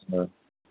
ہاں